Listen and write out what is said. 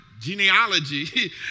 genealogy